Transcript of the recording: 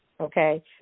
okay